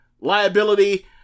Liability